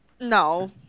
No